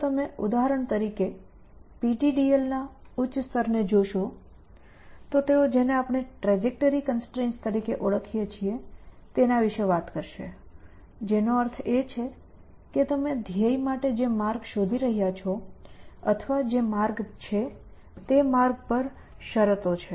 જો તમે ઉદાહરણ તરીકે PDDL ના ઉચ્ચ સ્તરને જોશો તો તેઓ જેને આપણે ટ્રેજેક્ટરી કન્સ્ટ્રેઇન્ટ્સ તરીકે ઓળખીએ છે તે વિશે વાત કરશે જેનો અર્થ છે કે તમે ધ્યેય માટે જે માર્ગ શોધી રહ્યાં છો અથવા જે માર્ગ છે તે માર્ગ પર શરતો છે